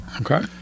Okay